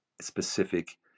specific